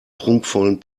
prunkvollen